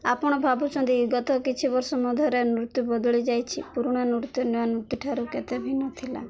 ଆପଣ ଭାବୁଛନ୍ତି ଗତ କିଛି ବର୍ଷ ମଧ୍ୟରେ ନୃତ୍ୟ ବଦଳି ଯାଇଛି ପୁରୁଣା ନୃତ୍ୟ ନୂଆ ନୃତ୍ୟଠାରୁ କେତେ ଭିନ୍ନ ଥିଲା